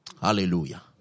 Hallelujah